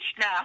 now